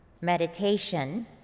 meditation